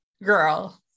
Girl